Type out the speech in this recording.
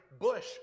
bush